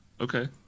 Okay